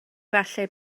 falle